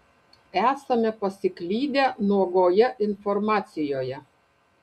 esame pasiklydę nuogoje informacijoje